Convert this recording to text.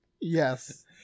Yes